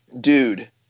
dude